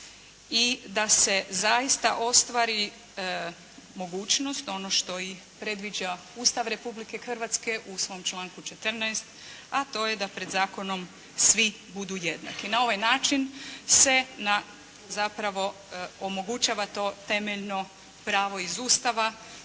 i da se zaista ostvari mogućnost ono što i predviđa Ustav Republike Hrvatske u svom članku 14. a to je da pred zakonom svi budu jednaki. Na ovaj način se na, zapravo omogućava to temeljno pravo iz Ustava